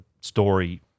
story